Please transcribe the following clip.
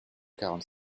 quarante